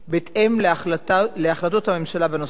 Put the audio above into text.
בהתאם להחלטות הממשלה בנושא,